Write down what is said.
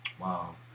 Wow